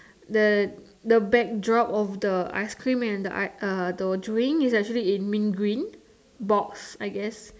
the the back drop of the ice cream and the I uh drink is actually in mint green box I guess